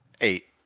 eight